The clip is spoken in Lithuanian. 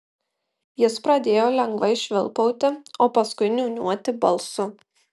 jis pradėjo lengvai švilpauti o paskui niūniuoti balsu